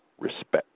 respect